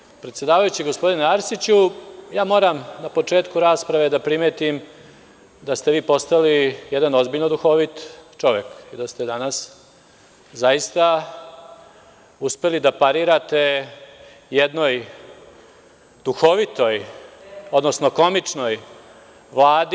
Poštovani predsedavajući, gospodine Arsiću, ja moram na početku rasprave da primetim da ste vi postali jedan ozbiljno duhovit čovek i da ste danas zaista uspeli da parirate jednoj duhovitoj, odnosno komičnoj Vladi…